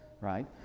right